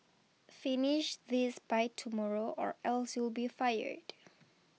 finish this by tomorrow or else you'll be fired